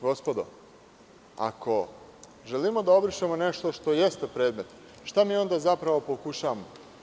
Gospodo, ako želimo da obrišemo nešto što jeste predmet, šta mi onda zapravo pokušavamo?